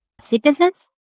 citizens